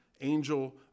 angel